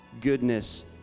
goodness